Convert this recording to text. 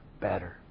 better